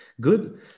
Good